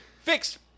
fix